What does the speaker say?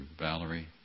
Valerie